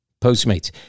Postmates